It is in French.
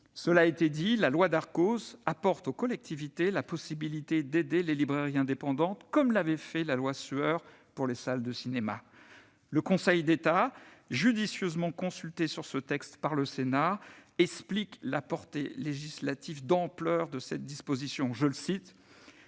Cela a été dit, la loi Darcos offre aux collectivités la possibilité d'aider les librairies indépendantes, comme l'avait fait la loi Sueur pour les salles de cinéma. Le Conseil d'État, judicieusement consulté sur ce texte par le Sénat, explique la portée législative essentielle de cette disposition :« Les